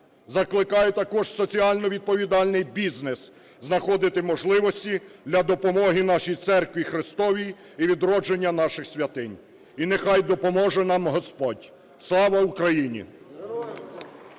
Закликаю також соціально відповідальний бізнес знаходити можливості для допомоги нашій Церкві Христовій і відродження наших святинь. І нехай допоможе нам Господь! Слава Україні!